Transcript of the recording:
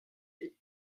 est